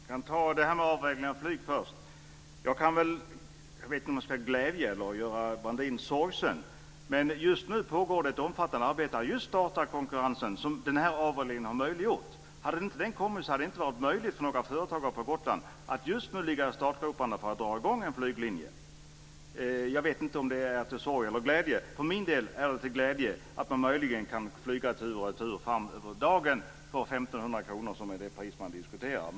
Fru talman! Jag kan ta det här med avregleringen av flyget först. Jag vet inte om det gläder Brandin eller gör honom sorgsen men just nu pågår det ett omfattande arbete för att just starta den konkurrens som avregleringen har möjliggjort. Hade inte den kommit hade det inte varit möjligt för några företagare på Gotland att just nu ligga i startgroparna för att dra i gång en flyglinje. Jag vet inte om det är till sorg eller till glädje. För min del är det till glädje att man möjligen kan flyga tur och retur över dagen för 1 500 kr. Det är det pris man diskuterar.